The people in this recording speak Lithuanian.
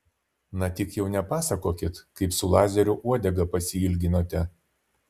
na tik jau nepasakokit kaip su lazeriu uodegą pasiilginote